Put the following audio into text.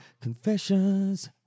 confessions